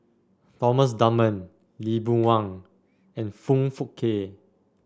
Thomas Dunman Lee Boon Wang and Foong Fook Kay